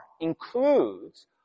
includes